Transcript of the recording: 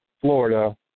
Florida